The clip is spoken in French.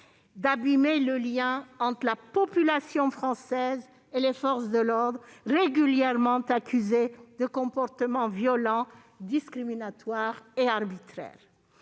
d'abîmer le lien entre la population française et les forces de l'ordre, régulièrement accusées de comportements violents, discriminatoires et arbitraires.